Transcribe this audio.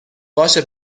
باشه